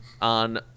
on